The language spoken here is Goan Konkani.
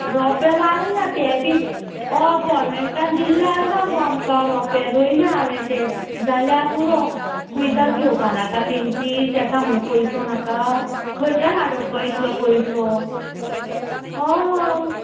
रोंपे लायलां तें बी हय गोरमेंटान दिल्लें आसा गो आमकां रोंपे रोयल्या हांवें तें जाल्या पुरो कुयदाक घेवपा नाका तेंची ताका म्हणून पयसो नाका खंयच्यान हाडप गो इतलो पयसो हय